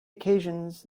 occasions